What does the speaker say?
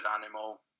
animal